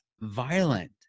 violent